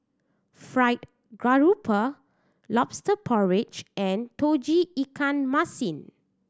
fried grouper Lobster Porridge and Tauge Ikan Masin